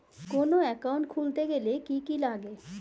কোন একাউন্ট খুলতে গেলে কি কি লাগে?